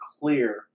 clear